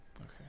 Okay